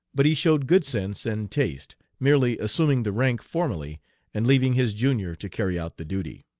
but he showed good sense and taste, merely assuming the rank formally and leaving his junior to carry out the duty